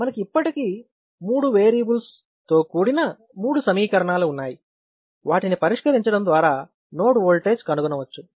మనకి ఇప్పటికీ మూడు వేరియబుల్స్ తో కూడిన మూడు సమీకరణాలు ఉన్నాయి వాటిని పరిష్కరించడం ద్వారా నోడ్ ఓల్టేజ్ కనుగొనవచ్చు